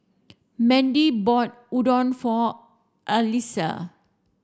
Mandy bought Udon for Alissa